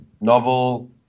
Novel